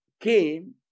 came